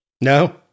No